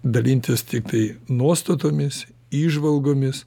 dalintis tiktai nuostatomis įžvalgomis